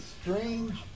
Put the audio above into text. strange